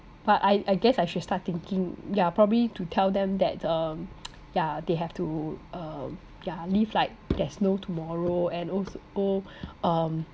but I I guess I should start thinking yeah probably to tell them that um yeah they have to um yeah live like there's no tomorrow and also um